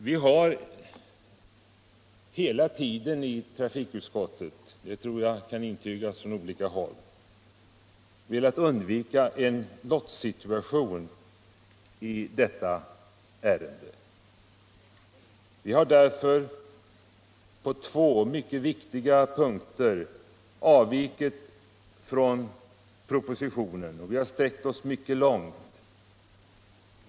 Vi har hela tiden i trafikutskottet — det tror jag kan intygas från olika håll — velat undvika en lottsituation i det här ärendet. Vi har därför på två mycket viktiga punkter avvikit från propositionen, och vi har sträckt oss mycket långt.